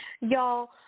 Y'all